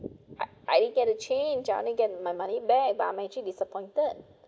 I I get a change I only get my money back but I'm actually disappointed